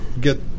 get